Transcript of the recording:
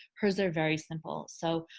hers are very simple. so,